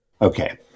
Okay